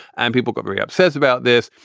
and people got very upset about this.